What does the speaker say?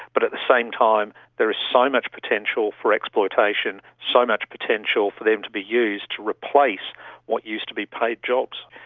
but at the same time there is so much potential for exploitation, so much potential for them to be used to replace what used to be paid jobs.